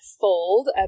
fold